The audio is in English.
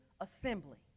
assembly